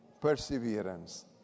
perseverance